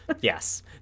Yes